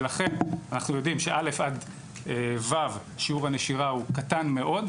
ולכן אנחנו יודעים שב- א׳-ו׳ שיעור הנשירה הוא קטן מאוד,